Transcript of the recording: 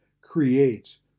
creates